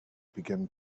begin